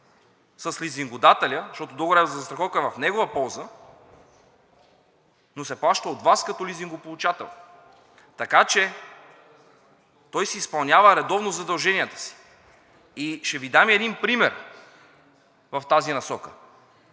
с лизингодателя, защото договорът е за застраховка в негова полза, но се плаща от Вас като лизингополучател. Така че той изпълнява редовно задълженията си. Ще Ви дам и един пример в тази насока.